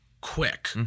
quick